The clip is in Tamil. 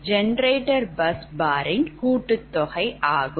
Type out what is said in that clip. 'm' என்பது generator bus bar ன் கூட்டுத்தொகை ஆகும்